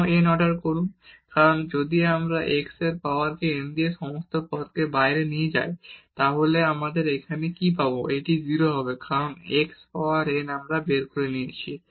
কেন n order করুন কারণ যদি আমরা এই x পাওয়ার n কে এই সমস্ত পদ থেকে বাইরে নিয়ে যাই তাহলে আমরা এখানে কি পাবো এটি হবে 0 কারণ x পাওয়ার n আমরা বের করে নিয়েছি